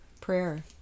prayer